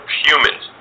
humans